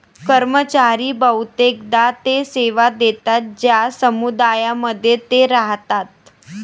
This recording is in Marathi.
कर्मचारी बहुतेकदा ते सेवा देतात ज्या समुदायांमध्ये ते राहतात